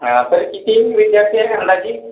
हा तरी किती विद्यार्थी आहेत अंदाजी